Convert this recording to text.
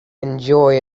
enjoy